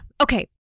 Okay